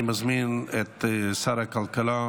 אני מזמין את שר הכלכלה